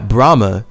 Brahma